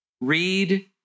read